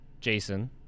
Jason